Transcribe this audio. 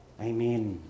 Amen